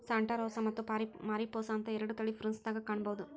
Santa Rosa ಮತ್ತ Mariposa ಅಂತ ಎರಡು ತಳಿ ಪ್ರುನ್ಸ್ ದಾಗ ಕಾಣಬಹುದ